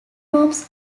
rooms